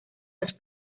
los